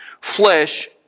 flesh